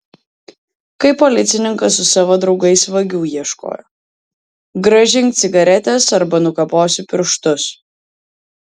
kaip policininkas su savo draugais vagių ieškojo grąžink cigaretes arba nukaposiu pirštus